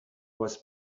was